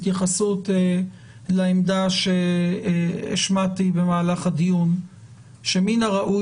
התייחסות לעמדה שהשמעתי במהלך הדיון שמן הראוי